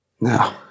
No